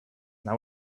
that